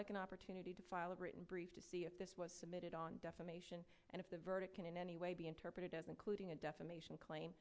like an opportunity to file a written brief to see if this was submitted on defamation and if the verdict can in any way be interpreted as including a defamation claim